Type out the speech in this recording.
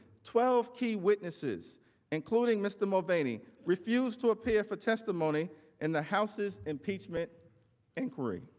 twelve key witnesses including mr. mulvaney, refused to appear for testimony and the houses impeachment inquiry.